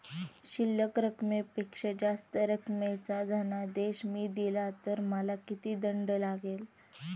शिल्लक रकमेपेक्षा जास्त रकमेचा धनादेश मी दिला तर मला किती दंड लागेल?